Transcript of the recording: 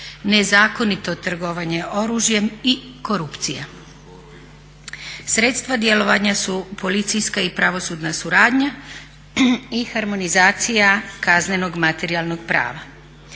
nezakonito trgovanje oružjem i korupcija. Sredstava djelovanja su policijska i pravosudna suradnja i harmonizacija kaznenog materijalnog prava.